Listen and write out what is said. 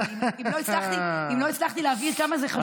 ואם לא הצלחתי להבהיר כמה זה חשוב,